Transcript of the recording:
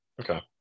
okay